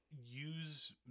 use